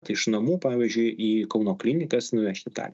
tai iš namų pavyzdžiui į kauno klinikas nuvežti tą